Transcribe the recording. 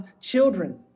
children